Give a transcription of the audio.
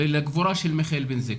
ולגבורה של מיכאל בן זקרי,